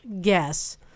guess